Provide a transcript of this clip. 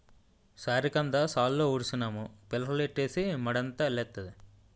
సారికంద సాలులో ఉడిసినాము పిలకలెట్టీసి మడంతా అల్లెత్తాది